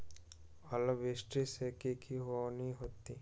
ओलावृष्टि से की की हानि होतै?